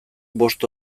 bost